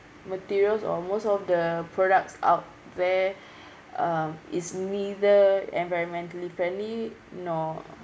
materials or most of the products out there uh is neither environmentally friendly nor